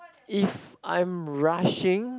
if I'm rushing